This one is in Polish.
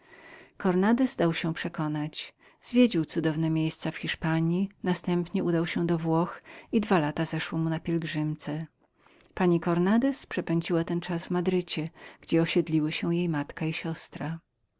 cornandez dał się przekonać zwiedził cudowne miejsca w hiszpanji następnie udał się do włoch i dwa lata strawił w tej pielgrzymce pani cornandez przepędziła ten czas w madrycie gdzie jej matka i siostra